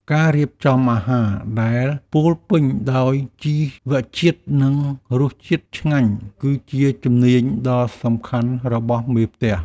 ការរៀបចំអាហារដែលពោរពេញដោយជីវជាតិ និងរសជាតិឆ្ងាញ់ គឺជាជំនាញដ៏សំខាន់របស់មេផ្ទះ។